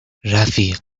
رفیق